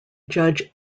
judge